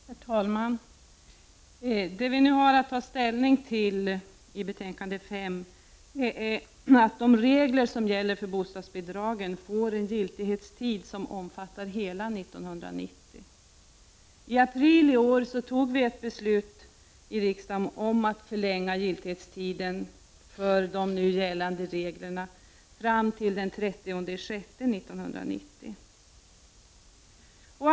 Herr talman! Det vi nu har att ta ställning till är ett förslag om att giltighetstiden för de regler som gäller för bostadsbidragen skall vara hela år 1990. I april i år fattade riksdagen ett beslut om att förlänga giltighetstiden för de nu gällande reglerna till den 30 juni 1990.